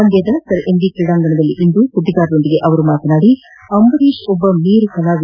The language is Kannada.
ಮಂಡ್ಣದ ಸರ್ ಎಂ ವಿ ಕ್ರೀಡಾಂಗಣದಲ್ಲಿಂದು ಸುದ್ದಿಗಾರರೊಂದಿಗೆ ಮಾತನಾಡಿದ ಅವರು ಅಂಬರೀತ್ ಒಬ್ಬ ಮೇರು ನಟ